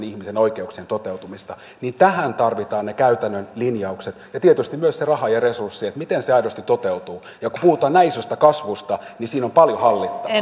ihmisen oikeuksien toteutumista tähän tarvitaan ne käytännön linjaukset ja tietysti myös se raha ja resurssi miten se aidosti toteutuu kun puhutaan näin isosta kasvusta niin siinä on paljon hallittavaa